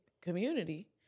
community